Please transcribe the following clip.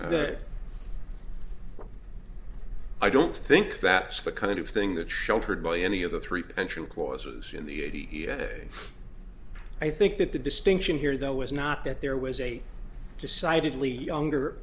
that i don't think that's the kind of thing that sheltered by any of the three pension clauses in the i think that the distinction here though is not that there was a decidedly younger